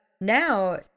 now